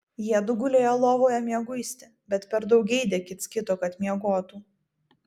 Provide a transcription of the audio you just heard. jiedu gulėjo lovoje mieguisti bet per daug geidė kits kito kad miegotų